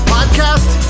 Podcast